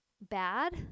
bad